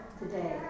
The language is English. today